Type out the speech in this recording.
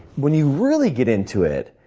when you really get into it,